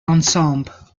ensemble